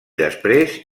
després